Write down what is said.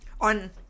on